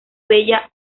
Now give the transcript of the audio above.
bella